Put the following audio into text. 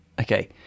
okay